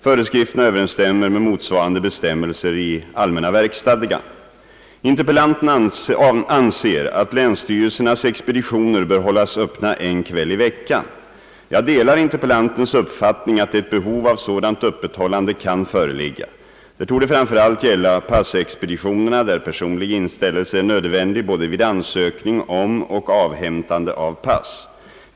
Föreskrifterna överensstämmer med motsvarande bestämmelser i allmänna verksstadgan. Interpellanten anser att länsstyrelsernas expeditioner bör hållas öppna en kväll i veckan. Jag delar interpellantens uppfattning att ett behov av sådant öppethållande kan föreligga. Det torde framför allt gälla passexpeditionerna, där personlig inställelse är nödvändig både vid ansökning om och avhämtande av pass.